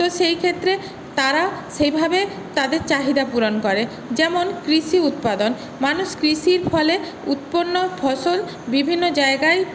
তো সেই ক্ষেত্রে তারা সেইভাবে তাদের চাহিদা পূরণ করে যেমন কৃষি উৎপাদন মানুষ কৃষির ফলে উৎপন্ন ফসল বিভিন্ন জায়গায়